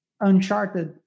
uncharted